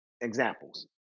examples